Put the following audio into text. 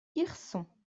hirson